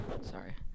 Sorry